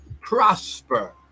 prosper